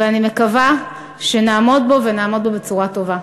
ואני מקווה שנעמוד בו, ונעמוד בו בצורה טובה.